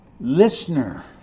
listener